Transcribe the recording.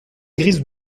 grise